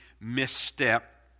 misstep